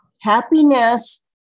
Happiness